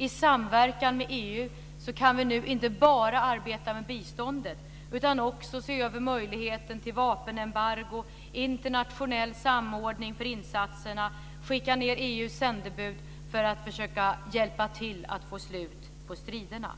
I samverkan med EU kan vi nu inte bara arbeta med biståndet utan också se över möjligheten till vapenembargo och internationell samordning av insatserna. Vi kan skicka ned EU:s sändebud för att försöka hjälpa till att få slut på striderna.